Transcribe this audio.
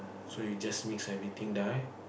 so you just mix everything there